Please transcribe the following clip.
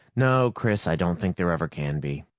no, chris, i don't think there ever can be.